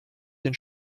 den